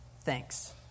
thanks